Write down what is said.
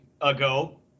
ago